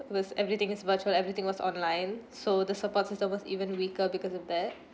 cause everything is virtual everything was online so the support systems was even weaker because of that